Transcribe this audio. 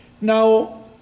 Now